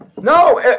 No